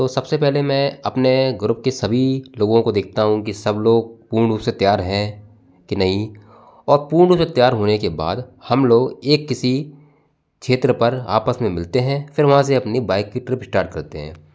तो सबसे पहले मैं अपने ग्रुप के सभी लोगों को देखता हूँ कि सब लोग पूर्ण रूप से तैयार हैं कि नहीं और पूर्ण से तैयार होने के बाद हम लोग एक किसी क्षेत्र पर आपस में मिलते हैं फिर वहाँ से अपनी बाइक की ट्रिप स्टार्ट करते हैं